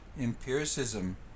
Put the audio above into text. empiricism